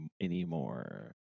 anymore